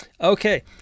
Okay